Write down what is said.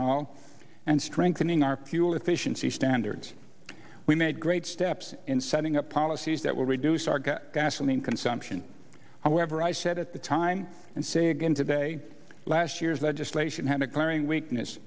ethanol and strengthening our fuel efficiency standards we made great steps in adding up policies that will reduce our gasoline consumption however i said at the time and say again today last year's legislation had a glaring weakness